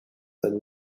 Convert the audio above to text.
than